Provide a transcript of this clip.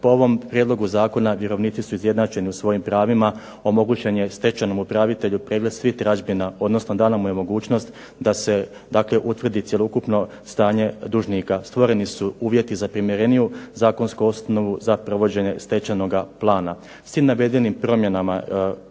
Po ovom prijedlogu zakona vjerovnici su izjednačeni svojim pravima, omogućen je stečajnom upravitelju pregled svih tražbina odnosno dana mu je mogućnost da se utvrdi cjelokupno stanje dužnika, stvoreni su uvjeti za primjereniju zakonsku osnovu za provođenje stečajnog plana.